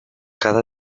cada